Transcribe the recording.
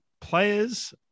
players